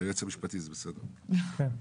עכשיו,